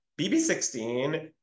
bb16